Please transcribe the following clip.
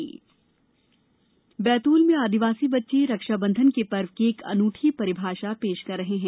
बैतूल राखी बैतूल में आदिवासी बच्चे रक्षा बंधन के पर्व की एक अनूठी परिभाषा पेश कर रहे है